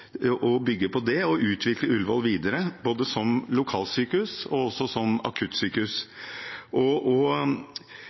bygge på det og utvikle Ullevål videre både som lokalsykehus og som akuttsykehus.